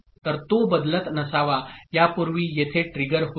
तर तो बदलत नसावा यापूर्वी येथे ट्रिगर होईल